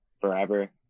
forever